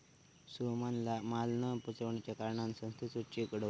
सोहमान माल न पोचवच्या कारणान संस्थेचो चेक अडवलो